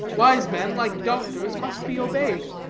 wise men, like doctors, must be obeyed.